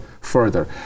further